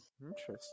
interesting